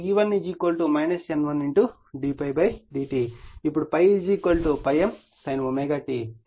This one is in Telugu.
ఇప్పుడు ∅ ∅m sin ω t తెలుసు